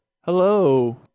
Hello